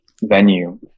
venue